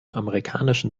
amerikanischen